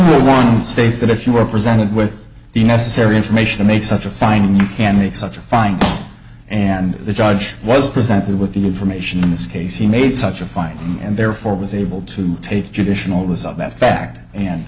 wrong states that if you were presented with the necessary information to make such a fine you can make such a fine and the judge was presented with the information in this case he made such a fine and therefore was able to take conditional this of that fact and